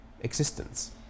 existence